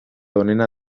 onena